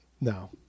No